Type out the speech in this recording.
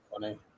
funny